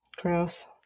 Gross